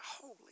holy